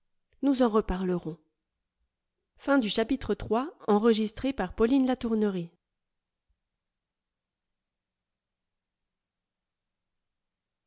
nous en reparlerons